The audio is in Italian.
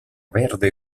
verde